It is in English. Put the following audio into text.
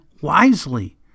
wisely